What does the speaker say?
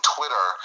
Twitter